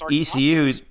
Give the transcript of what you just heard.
ECU